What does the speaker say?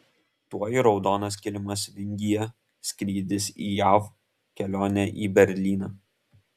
tuoj raudonas kilimas vingyje skrydis į jav kelionė į berlyną